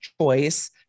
choice